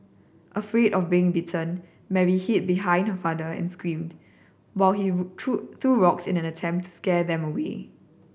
afraid of being bitten Mary hid behind her father and screamed while he threw rocks in an attempt to scare them away